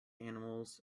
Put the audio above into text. animals